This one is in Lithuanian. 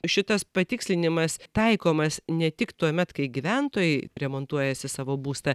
šitas patikslinimas taikomas ne tik tuomet kai gyventojai remontuojasi savo būstą